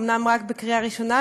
אומנם רק בקריאה ראשונה,